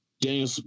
Daniel